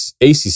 ACC